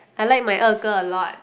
I like my 二哥 a lot